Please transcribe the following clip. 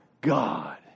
God